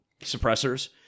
suppressors